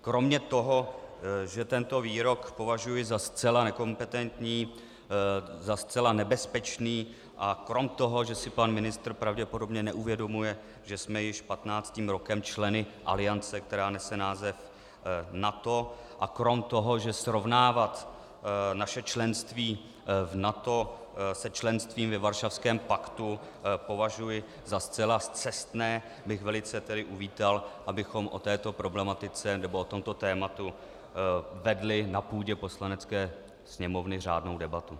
Kromě toho, že tento výrok považuji za zcela nekompetentní, za zcela nebezpečný, a krom toho, že si pan ministr pravděpodobně neuvědomuje, že jsme již patnáctým rokem členy aliance, která nese název NATO, a krom toho, že srovnávat naše členství v NATO se členstvím ve Varšavském paktu považuji za zcela scestné, bych tedy velice uvítal, abychom o této problematice nebo o tomto tématu vedli na půdě Poslanecké sněmovny řádnou debatu.